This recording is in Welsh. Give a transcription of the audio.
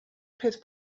peth